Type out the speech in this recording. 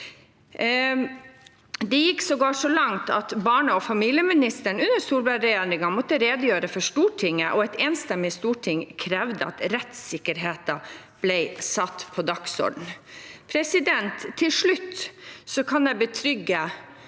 Det gikk sågar så langt at barne- og familieministeren under Solberg-regjeringen måtte redegjøre for Stortinget, og et enstemmig storting krevde at rettssikkerheten ble satt på dagsordenen. Til slutt: Jeg kan betrygge